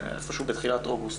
בתחילת אוגוסט,